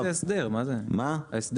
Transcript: הסדר הוא הסדר.